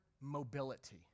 mobility